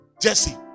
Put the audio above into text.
jesse